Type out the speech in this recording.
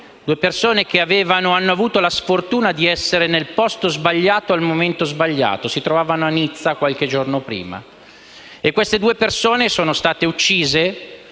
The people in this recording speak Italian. due persone che hanno avuto la sfortuna di essere nel posto sbagliato al momento sbagliato. Si trovavano a Nizza qualche giorno prima. Queste due persone sono state uccise